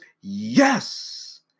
Yes